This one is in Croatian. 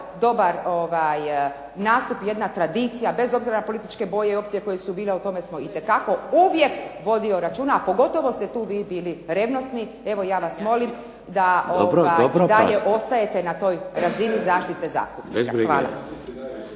dobar nastup, jedna tradicija, bez obzira na političke boje i opcije koje su bile, o tome smo itekako uvijek vodio računa, a pogotovo se tu vidi ili revnosni. Evo ja vas molim da dalje ostajete na toj razini zaštite zastupnika. Hvala.